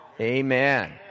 Amen